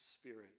Spirit